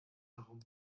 herum